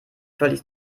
völlig